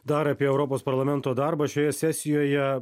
dar apie europos parlamento darbą šioje sesijoje